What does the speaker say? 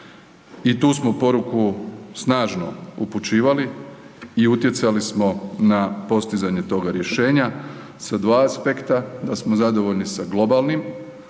i tu smo poruku snažno upućivali i utjecali smo na postizanje toga rješenja sa 2 aspekta, da smo zadovoljni sa globalnim